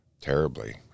terribly